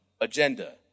agenda